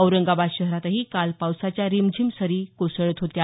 औरंगाबाद शहरातही काल पावसाच्या रिमझिम सरी कोसळत होत्या